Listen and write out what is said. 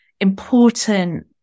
important